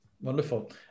Wonderful